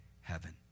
heaven